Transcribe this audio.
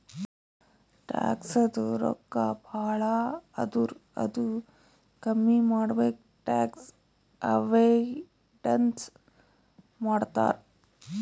ಟ್ಯಾಕ್ಸದು ರೊಕ್ಕಾ ಭಾಳ ಆದುರ್ ಅದು ಕಮ್ಮಿ ಮಾಡ್ಲಕ್ ಟ್ಯಾಕ್ಸ್ ಅವೈಡನ್ಸ್ ಮಾಡ್ತಾರ್